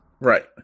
Right